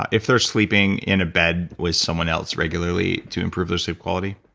if they're sleeping in a bed with someone else regularly to improve their sleep quality?